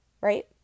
right